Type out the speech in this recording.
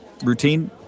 routine